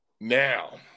Now